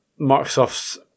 Microsoft's